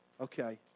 Okay